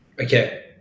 Okay